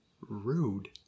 Rude